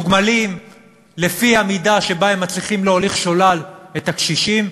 מתוגמלים לפי המידה שבה הם מצליחים להוליך שולל את הקשישים,